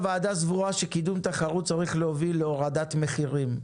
הוועדה סבורה שקידום תחרות צריך להוביל להורדת מחירים.